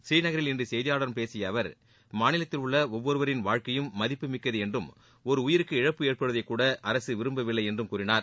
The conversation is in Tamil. புரீநகரில் இன்று செய்தியாளர்களிடம் பேசிய அவர் மாநிலத்தில் உள்ள ஒவ்வொருவரின் வாழ்க்கையும் மதிப்பு மிக்கது என்றும் ஒரு உயிருக்கு இழப்பு ஏற்படுவதைக் கூட அரசு விரும்பவில்லை என்று கூறினார்